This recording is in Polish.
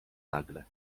nagle